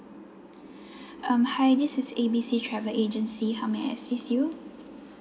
um hi this is A B C travel agency how may I assist you